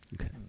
okay